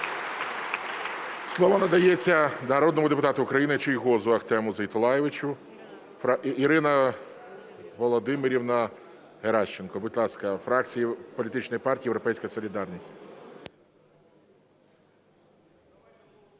Слово надається народному депутату України Чийгозу Ахтему Зейтуллайовичу. Ірина Володимирівна Геращенко, будь ласка, фракція політичної партії "Європейська солідарність".